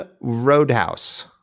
Roadhouse